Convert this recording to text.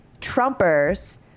trumpers